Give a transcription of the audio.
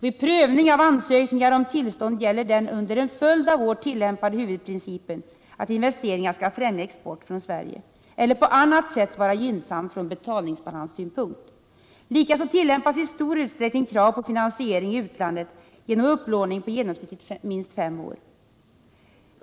Vid prövning av ansökningar om tillstånd gäller den under en följd av år tillämpade huvudprincipen att investeringarna skall främja export från Sverige eller på annat sätt vara gynnsamma från betalningsbalanssynpunkt. Likaså tillämpas i stor utsträckning krav på finansiering i utlandet genom upplåning på genomsnittligt minst fem år.